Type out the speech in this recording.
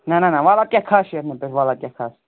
نہ نہ نہ وَلہِ ادٕ کیاہ کھس شیٖٹھن پٮ۪ٹھ وَلہٕ ادٕ کیاہ کھس